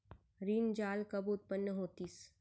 ऋण जाल कब उत्पन्न होतिस?